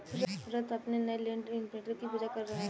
रत्न अपने नए लैंड इंप्रिंटर की पूजा कर रहा है